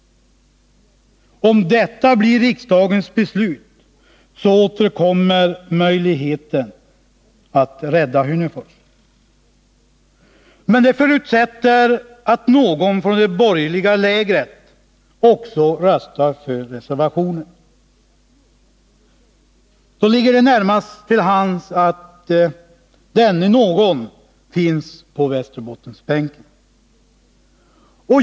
Om detta blir riksdagens beslut, så återkommer möjligheten att rädda Hörnefors. Men det förutsätter att någon från det borgerliga lägret också röstar för reservationen. Då ligger det närmast till hands att denne någon finns på Västerbottensbänken.